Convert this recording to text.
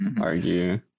argue